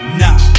nah